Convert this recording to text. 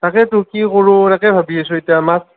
তাকেতো কি কৰোঁ তাকে ভাবি আছোঁ এতিয়া মাচ